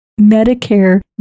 Medicare